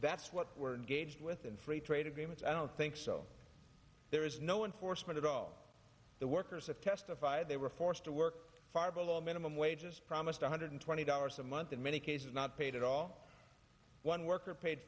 that's what we're engaged with and free trade agreements i don't think so there is no enforcement at all the workers have testified they were forced to work far below minimum wages promised one hundred twenty dollars a month in many cases not paid at all one worker paid